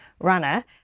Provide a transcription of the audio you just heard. runner